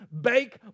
bake